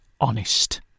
Honest